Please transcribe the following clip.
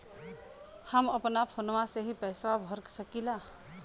हम अपना फोनवा से ही पेसवा भर सकी ला?